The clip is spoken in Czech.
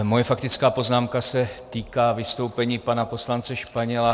Moje faktická poznámka se týká vystoupení pana poslance Španěla.